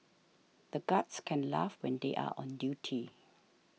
the guards can't laugh when they are on duty